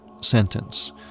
sentence